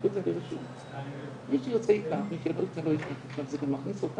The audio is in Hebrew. הפרויקט הזה מלווה נשים, זה נשים שהיו חולות